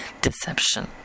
deception